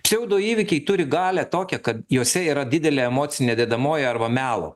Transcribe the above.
pseudo įvykiai turi galią tokią kad juose yra didelė emocinė dedamoji arba melo